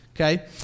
Okay